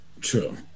True